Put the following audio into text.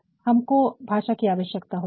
हमको भाषा की आवश्यकता होती है